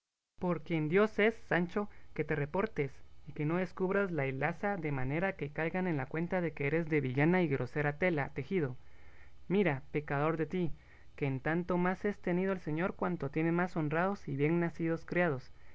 por quien dios es sancho que te reportes y que no descubras la hilaza de manera que caigan en la cuenta de que eres de villana y grosera tela tejido mira pecador de ti que en tanto más es tenido el señor cuanto tiene más honrados y bien nacidos criados